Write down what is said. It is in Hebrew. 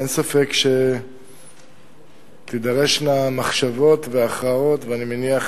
אין ספק שתידרשנה מחשבות והכרעות, ואני מניח